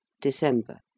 December